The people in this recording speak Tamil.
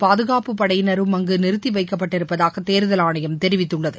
பாதுகாப்புப் படையினரும் அங்கு நிறுத்தி வைக்கப்பட்டிருப்பதாக தேர்தல் ஆணையம் தெரிவித்துள்ளது